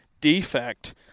defect